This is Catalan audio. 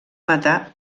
matar